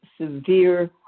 severe